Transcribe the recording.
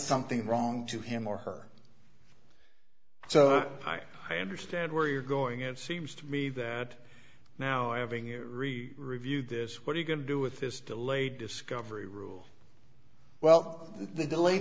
something wrong to him or her so i understand where you're going it seems to me that now i have reviewed this what are you going to do with this delay discovery rule well the delay